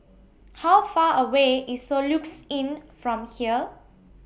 How Far away IS Soluxe Inn from here